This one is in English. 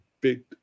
big